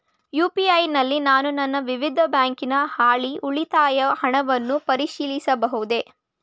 UPI ನಲ್ಲಿ ನಾನು ನನ್ನ ವಿವಿಧ ಬ್ಯಾಂಕಿನ ಹಾಲಿ ಉಳಿತಾಯದ ಹಣವನ್ನು ಪರಿಶೀಲಿಸಬಹುದೇ?